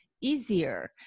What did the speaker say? easier